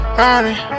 running